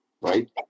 right